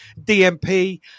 DMP